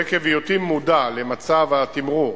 ועקב היותי מודע למצב התמרור